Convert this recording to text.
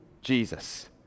Jesus